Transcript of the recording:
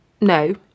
no